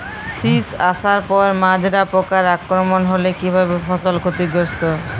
শীষ আসার পর মাজরা পোকার আক্রমণ হলে কী ভাবে ফসল ক্ষতিগ্রস্ত?